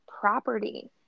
property